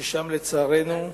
ושם, לצערנו,